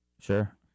Sure